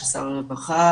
של שר הרווחה.